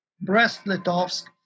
Brest-Litovsk